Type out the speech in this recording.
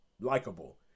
likable